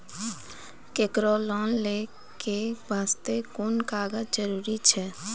केकरो लोन लै के बास्ते कुन कागज जरूरी छै?